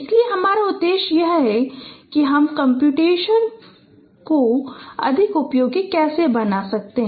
इसलिए हमारा उद्देश्य यह है कि हम कम्प्यूटेशन को अधिक उपयोगी कैसे बना सकते हैं